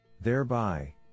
Thereby